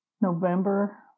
November